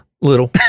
Little